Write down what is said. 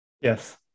Yes